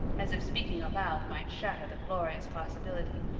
as if speaking aloud might shatter the glorious possibility.